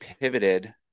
pivoted